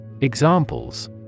Examples